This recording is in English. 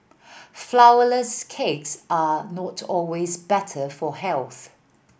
flourless cakes are not always better for health